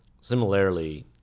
similarly